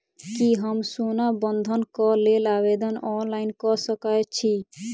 की हम सोना बंधन कऽ लेल आवेदन ऑनलाइन कऽ सकै छी?